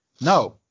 no